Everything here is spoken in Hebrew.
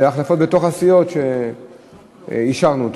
אלה החלפות בתוך הסיעות, שאישרנו אותן.